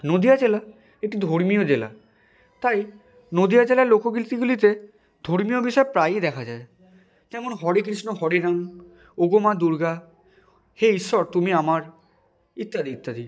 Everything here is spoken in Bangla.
নদীয়া জেলা একটি ধর্মীয় জেলা তাই নদীয়া জেলার লোকগীতিগুলিতে ধর্মীয় বিষয় প্রায়ই দেখা যায় যেমন ইত্যাদি ইত্যাদি